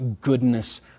goodness